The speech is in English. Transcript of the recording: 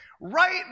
right